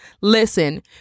Listen